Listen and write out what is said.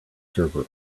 server